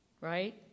right